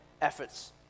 efforts